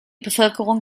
bevölkerung